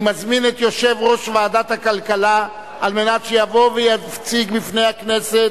אני מזמין את יושב-ראש ועדת הכלכלה שיבוא ויציג בפני הכנסת